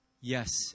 yes